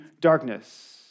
darkness